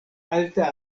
alta